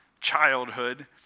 childhood